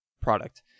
product